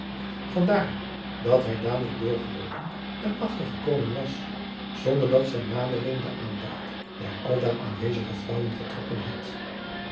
daar dat hy dadelijk doorgeloopen en achter gekomen was zonder dat zijn nadering de aandacht der aldaar aanwezige vrouwen getrokken had